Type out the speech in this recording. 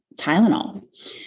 Tylenol